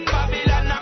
Babylon